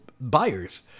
buyers